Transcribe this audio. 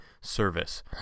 service